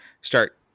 start